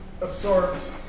absorbs